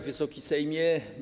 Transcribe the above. Wysoki Sejmie!